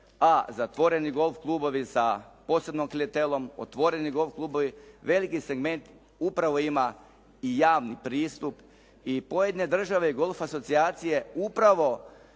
a) zatvoreni golf klubovi sa posebnom klijentelom, otvoreni golf klubovi, veliki segment upravo ima i javni pristup i pojedine države golfa asocijacije upravo